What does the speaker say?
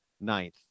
ninth